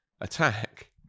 attack